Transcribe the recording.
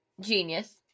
genius